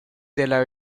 della